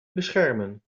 beschermen